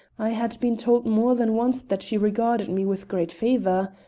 i had been told more than once that she regarded me with great favor.